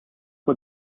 for